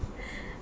right